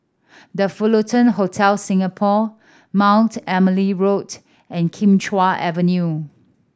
The Fullerton Hotel Singapore Mount Emily Road and Kim Chuan Avenue